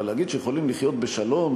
אבל להגיד שיכולים לחיות בשלום,